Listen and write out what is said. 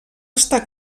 està